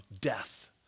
death